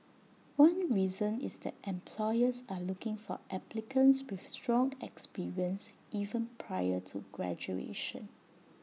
one reason is that employers are looking for applicants with strong experience even prior to graduation